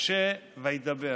משה וידבר".